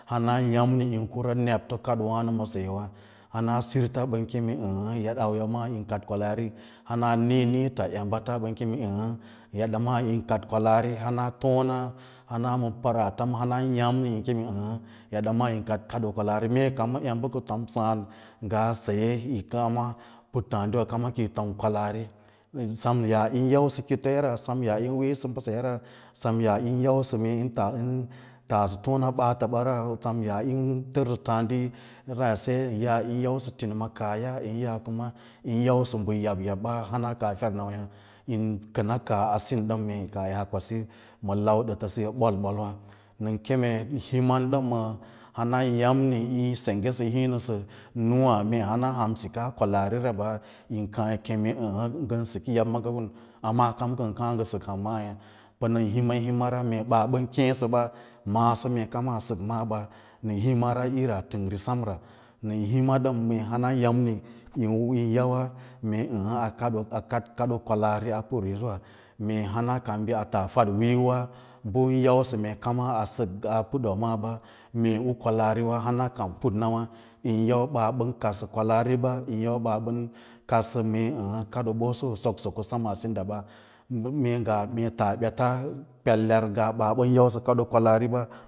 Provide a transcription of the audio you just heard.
Hana ya’mni yin kura nepto kaɗoo wāno ma sayewa hana sirta ɓən keme ə̌ə̌ eda auya maa yin kaɗ kwalaari hana a niĩniĩta embata ɓən keme ə̌ə̌ edamaa yin kaf kwalaari hana fona hana ma paraata hana ya’mni yin keme əə eɗa maa yin kaɗ kaɗoo kwalaari mee emba kam ka tom sǎǎd ngah saye kama puttǎǎdiwa kama kiyi tom kwalaari nə sem yaa yin yausə kifoya ra sem yaa yin weesə mbəsaya ra sem mee yaa yin yausə mee yin tassə tona ɓaatə ɓara, sem yaa yin tərsə tǎǎdiyara asen yaa yin yausə tinima kaahya, ən yaa kuma yin yausə mbə yabatabba hana kaa fernawaya nən kəna kaah asindən hê, kaah yakwasi ma lau dəta siyo ɓol-ɓol wa nən keẽ mee nə himan ɗən ma hanayam ni yin sengge nəsə yin hiĩ nəsə nûwâ mee ham sikaa kwalari riɓa yin kaã yi kem əə ngən siki yab maaga hun amma kam kəngə kaa ngə sək hamba maa hê, pə nən hima himara mee baa ɓan keẽ ɓa naso mee kaima sək maa ɓa, nən hima dəm mee hana ya’mni mee yin yauwa mee hana ən kadoo a kad kadoo kwalaari a put riisiwa mee hana kai bi a tas fadoo wiiyo wa bə yin yausə mee kama a sək ngaa a puutwanaaɓa mee u kwalaariwa hana kan put nawa’ yin yau ɓaa ɓən kaɗsə kwəaari ɓa, ən yau ɓaa ɓən kaɗsə mee a kadooɓoso soksoko semmaa sin daɓa mee taa ɓeta peler ngaa ɓaa ɓən yausə kadoo kwalaariba.